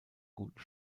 guten